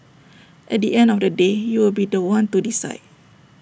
at the end of the day you will be The One to decide